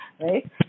right